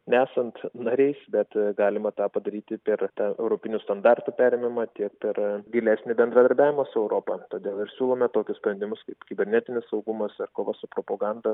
nesant nariais bet galima tą padaryti per tą europinių standartų perimimą tiek per gilesnį bendradarbiavimą su europa todėl ir siūlome tokius sprendimus kaip kibernetinis saugumas ir kova su propaganda